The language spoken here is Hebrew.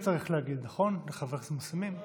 לחברי הכנסת המוסלמים.